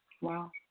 Wow